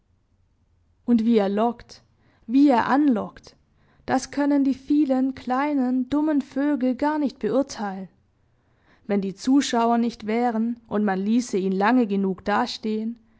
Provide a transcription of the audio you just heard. und wie er lockt wie er anlockt das können die vielen kleinen dummen vögel gar nicht beurteilen wenn die zuschauer nicht wären und man ließe ihn lange genug dastehen